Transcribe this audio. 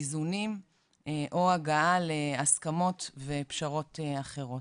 איזונים או הגעה להסכמות ופשרות אחרות.